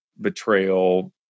betrayal